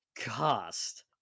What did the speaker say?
cost